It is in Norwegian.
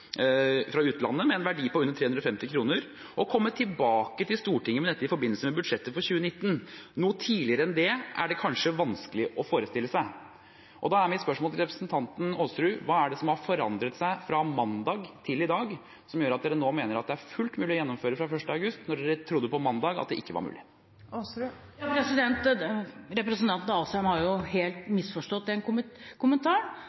fra utlandet med en verdi på under 350 kr og komme tilbake til Stortinget senest i forbindelse med statsbudsjettet for 2019. Noe tidligere enn det er kanskje vanskelig å forestille seg.» Da er mitt spørsmål til representanten Aasrud: Hva er det som har forandret seg fra mandag til i dag, som gjør at man nå mener det er fullt mulig å gjennomføre det fra 1. august, når man på mandag trodde det ikke var mulig? Representanten Asheim har jo helt